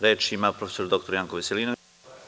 Reč ima prof. dr Janko Veselinović.